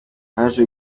haje